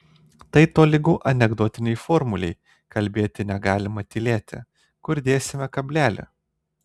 tai tolygu anekdotinei formulei kalbėti negalima tylėti kur dėsime kablelį